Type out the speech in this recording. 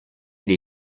dei